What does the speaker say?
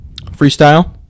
Freestyle